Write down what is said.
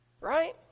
Right